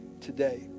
today